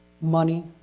money